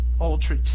Ultra